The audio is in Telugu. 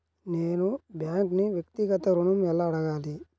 నేను బ్యాంక్ను వ్యక్తిగత ఋణం ఎలా అడగాలి?